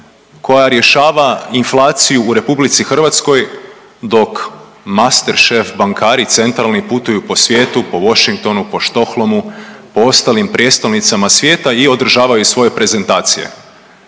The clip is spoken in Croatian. koja rješava inflaciju u RH dok master chef bankari centralni putuju po svijetu po Washingtonu, Stockholmu, po ostalim prijestolnicama svijeta i održavaju svoje prezentacije.